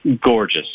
gorgeous